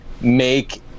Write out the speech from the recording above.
Make